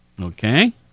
Okay